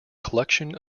collection